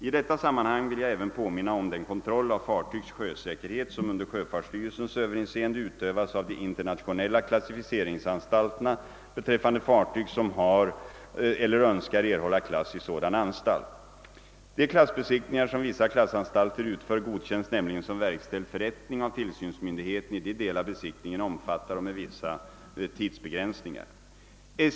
I detta sammanhang vill jag även påminna om den kontroll av fartygs sjösäkerhet som under sjöfartsstyrelsens överinseende utövas av de internationella klassificeringsanstalterna beträffande fartyg, som har eller önskar erhålla klass i sådan anstalt. De klassbesiktningar som vissa klassanstalter utför godkänns nämligen som verkställd förrättning av tillsynsmyndigheten i de delar besiktningen omfattar och med vissa tidsbegränsningar.